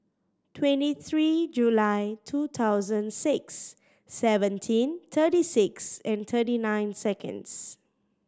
twenty three July two thousand six seventeen thirty six thirty nine seconds